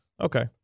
Okay